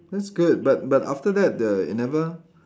looks good but but after that the it never